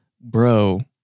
bro